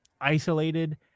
isolated